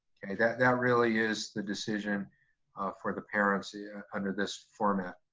that that really is the decision for the parents under this format.